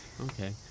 Okay